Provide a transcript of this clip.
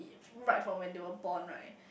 if right for vetiver pond right